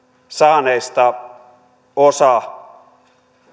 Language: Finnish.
saaneista osa